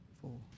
four